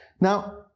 Now